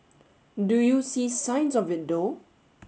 do you see signs of it though